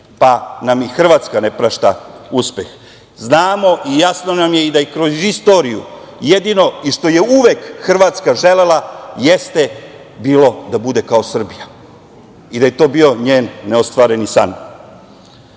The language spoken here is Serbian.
pa nam i Hrvatska ne prašta uspeh. Znamo i jasno nam je i da kroz istoriju jedino i što je uvek Hrvatska želela, jeste bilo da bude kao Srbija i da je to bio njen neostvareni san.